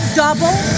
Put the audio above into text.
double